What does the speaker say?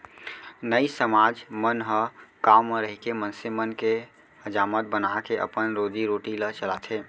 नाई समाज मन ह गाँव म रहिके मनसे मन के हजामत बनाके अपन रोजी रोटी ल चलाथे